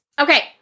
Okay